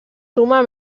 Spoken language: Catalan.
suma